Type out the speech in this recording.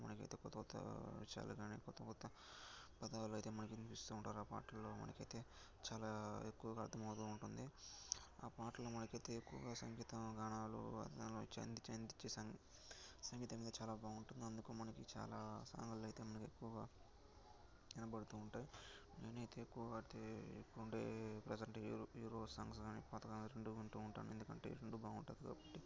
మనకైతే కొత్త కొత్త విషయాలు కానీ కొత్త కొత్త పదాలు అయితే మనకి వినిపిస్తూ ఉంటారు ఆ పాటల్లో మనకైతే చాలా ఎక్కువగా అర్థమవుతూ ఉంటుంది ఆ పాటల్లో మనకైతే ఎక్కువగా సంగీత గానాలు సంగీతం మీద చాలా బాగుంటుంది అందుకు మనకి చాలా సాంగ్లు అయితే మనకు ఎక్కువగా వినపడుతూ ఉంటాయి నేనైతే ఎక్కువగా అయితే ఇప్పుడు ఉండే ప్రజెంట్ హీరో హీరో సాంగ్స్ కానీ పాతకాలానివి రెండు వింటూ ఉంటాను ఎందుకంటే రెండు బాగుంటాయి కాబట్టి